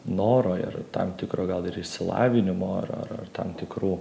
noro ir tam tikro gal ir išsilavinimo ar ar ar tam tikrų